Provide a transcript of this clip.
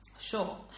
sure